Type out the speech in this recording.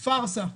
הוא פארסה,